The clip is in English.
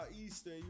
Easter